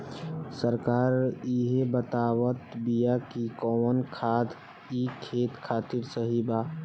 सरकार इहे बतावत बिआ कि कवन खादर ई खेत खातिर सही बा